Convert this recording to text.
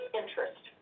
interest